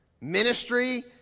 ministry